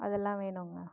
அதெலாம் வேணுங்க